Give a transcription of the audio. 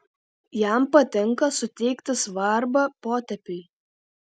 jam patinka suteikti svarbą potėpiui